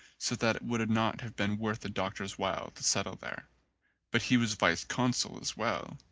so that it would not have been worth a doctor's while to settle there but he was vice-consul as well,